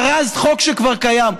ארזת חוק שכבר קיים.